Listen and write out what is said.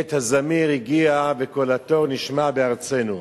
עת הזמיר הגיע וקול התור נשמע בארצנו",